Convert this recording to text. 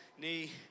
knee